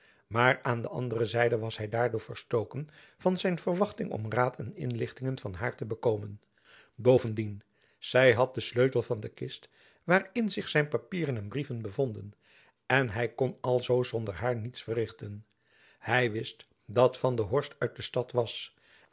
maar aan de andere zijde was hy daardoor verstoken van zijn verwachting om raad en inlichtingen van haar te bekomen bovendien zy had den sleutel van de kist waarin zich zijn papieren en brieven bevonden en hy kon alzoo zonder haar niets verrichten hy wist dat van der horst uit de stad was